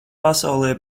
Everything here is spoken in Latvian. pasaulē